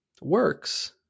works